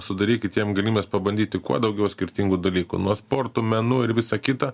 sudarykit jiem galimybes pabandyti kuo daugiau skirtingų dalykų nuo sporto menų ir visa kita